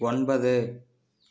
ஒன்பது